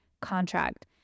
contract